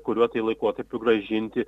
kuriuo tai laikotarpiu grąžinti